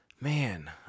man